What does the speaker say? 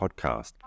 podcast